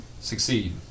succeed